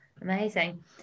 Amazing